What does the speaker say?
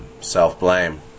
self-blame